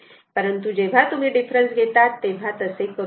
परंतु जेव्हा तुम्ही डिफरन्स घेतात तेव्हा तसे करू नका